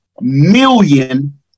million